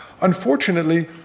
Unfortunately